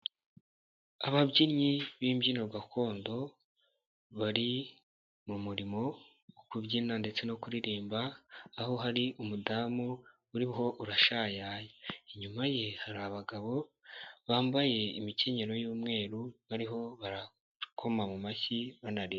Ababyinnyi b'imbyino gakondo bari mu murimo wo kubyina ndetse no kuririmba, aho hari umudamu uriho urashayaya, inyuma ye hari abagabo bambaye imikenyero y'umweru bariho barakoma mu mashyi banaririmba.